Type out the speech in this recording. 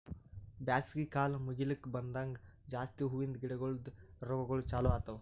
ಬ್ಯಾಸಗಿ ಕಾಲ್ ಮುಗಿಲುಕ್ ಬಂದಂಗ್ ಜಾಸ್ತಿ ಹೂವಿಂದ ಗಿಡಗೊಳ್ದು ರೋಗಗೊಳ್ ಚಾಲೂ ಆತವ್